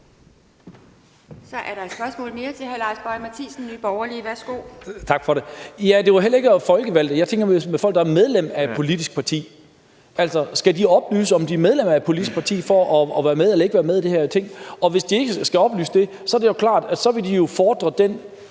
Så er der et spørgsmål til fra hr. Lars Boje Mathiesen, Nye Borgerlige. Værsgo. Kl. 13:30 Lars Boje Mathiesen (NB): Tak for det. Det var heller ikke folkevalgte, jeg tænkte på. Jeg tænkte på folk, der er medlem af et politisk parti. Skal de oplyse, om de er medlem af et politisk parti for at være med eller ikke være med i det her borgerting? Hvis ikke de skal oplyse det, er det klart, at så vil de forfægte den